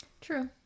true